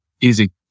Easy